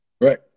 Right